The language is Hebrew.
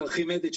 שהיא ארכימדית,